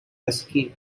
escape